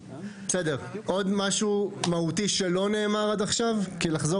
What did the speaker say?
עוד משהו מהותי, שלא נאמר עד עכשיו?